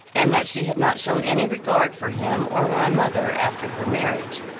and that she had not shown any regard for him, or my mother after her marriage.